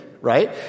right